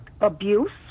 abuse